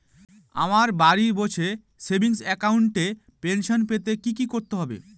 আমায় বাড়ি বসে সেভিংস অ্যাকাউন্টে পেনশন পেতে কি কি করতে হবে?